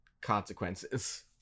consequences